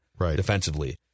defensively